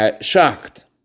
shocked